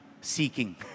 seeking